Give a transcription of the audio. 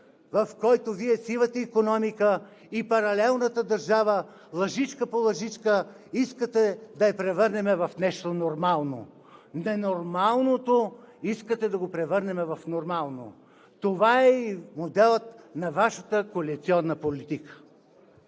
в който Вие сивата икономика и паралелната държава лъжичка по лъжичка искате да я превърнем в нещо нормално. Ненормалното искате да го превърнем в нормално! Това е и моделът на Вашата коалиционна политика.